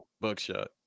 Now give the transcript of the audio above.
Buckshot